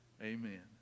Amen